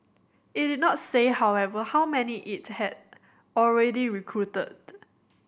it did not say however how many it had already recruited